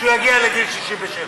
כשהוא יגיע לגיל 67?